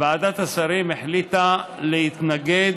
ועדת השרים החליטה להתנגד,